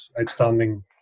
outstanding